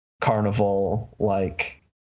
carnival-like